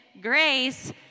grace